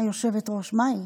היושבת-ראש, מהי?